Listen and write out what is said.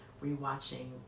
re-watching